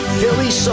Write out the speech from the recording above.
Philly